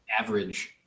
average